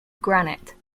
granite